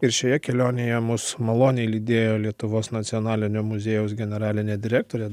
ir šioje kelionėje mus maloniai lydėjo lietuvos nacionalinio muziejaus generalinė direktorė